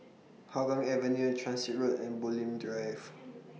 Hougang Avenue Transit Road and Bulim Drive